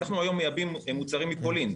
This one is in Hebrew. אנחנו היום מייבאים מוצרים מפולין.